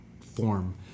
form